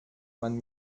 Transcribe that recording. man